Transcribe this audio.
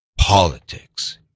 Politics